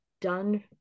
done